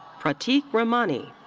pratik ramani.